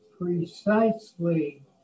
precisely